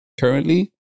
currently